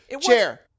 chair